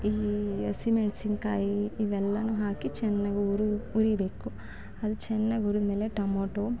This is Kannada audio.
ಈ ಹಸಿಮೆಣ್ಸಿನ್ಕಾಯಿ ಇವೆಲ್ಲವೂ ಹಾಕಿ ಚೆನ್ನಾಗಿ ಹುರಿ ಹುರಿಬೇಕು ಅದು ಚೆನ್ನಾಗಿ ಹುರಿದ್ಮೇಲೆ ಟೊಮೊಟೊ